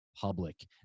public